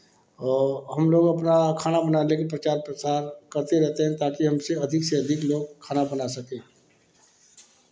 और हम लोग अपना खाना बनाने का प्रचार प्रसार करते रहते हैं ताकि हमसे अधिक से अधिक लोग खाना बना सकें